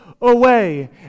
away